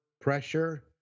pressure